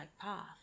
path